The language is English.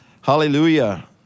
hallelujah